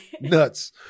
Nuts